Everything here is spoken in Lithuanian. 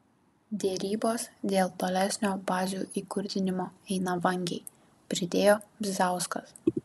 derybos dėl tolesnio bazių įkurdinimo eina vangiai pridėjo bizauskas